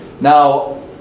Now